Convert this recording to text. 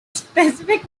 specific